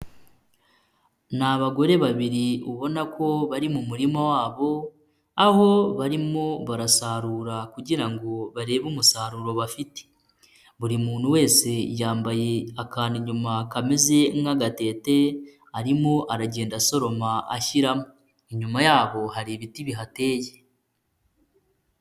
Ni abagore babiri ubona ko bari mu murima wabo, aho barimo barasarura kugira ngo barebe umusaruro bafite, buri muntu wese yambaye akantu inyuma kameze nk'agatete, arimo aragenda asoroma, ashyira inyuma yabo, hari ibiti bihateye.